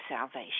salvation